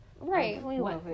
Right